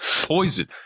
poison